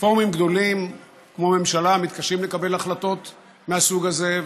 פורומים גדולים כמו ממשלה מתקשים לקבל החלטות מהסוג הזה,